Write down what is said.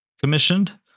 commissioned